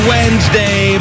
Wednesday